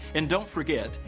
and don't forget,